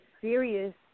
serious